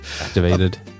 activated